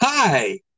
Hi